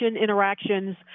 interactions